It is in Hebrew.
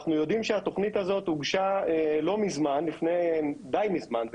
אנחנו יודעים שהתוכנית הזאת הוגשה די מזמן,